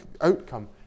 outcome